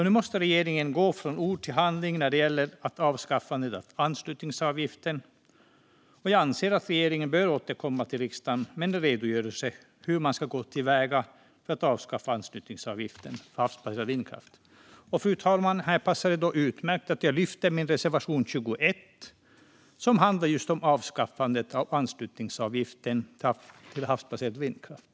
Nu måste regeringen gå från ord till handling när det gäller avskaffandet av anslutningsavgiften. Jag anser att regeringen bör återkomma till riksdagen med en redogörelse för hur man ska gå till väga för att avskaffa anslutningsavgiften för havsbaserad vindkraft. Fru talman! Här passar det utmärkt att jag yrkar bifall till vår reservation 21, som handlar just om avskaffande av anslutningsavgiften för havsbaserad vindkraft.